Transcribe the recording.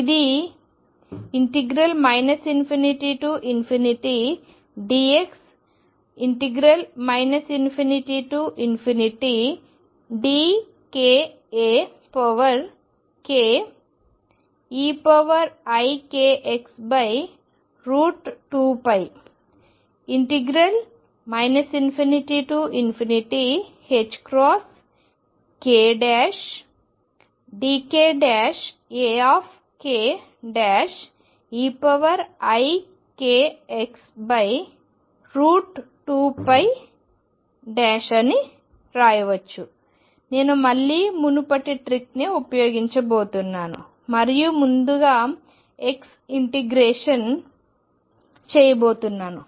ఇది ∞dx ∞dkAke ikx2π ∞kdkAkeikx2π అని రాయవచ్చు నేను మళ్లీ మునుపటి ట్రిక్నే ఉపయోగించబోతున్నాను మరియు ముందుగా x ఇంటిగ్రేషన్ చేయబోతున్నాను